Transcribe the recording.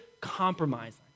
compromising